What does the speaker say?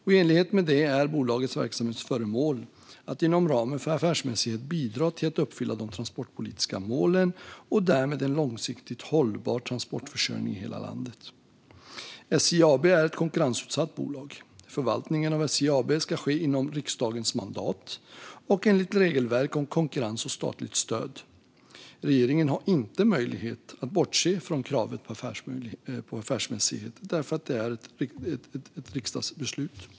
I enlighet med det är bolagets verksamhetsföremål att inom ramen för affärsmässighet bidra till att uppfylla de transportpolitiska målen och därmed en långsiktigt hållbar transportförsörjning i hela landet. SJ AB är ett konkurrensutsatt bolag. Förvaltningen av SJ AB ska ske inom riksdagens mandat och enligt regelverk om konkurrens och statligt stöd. Regeringen har inte möjlighet att bortse från kravet på affärsmässighet, för det är ett riksdagsbeslut.